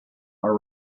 are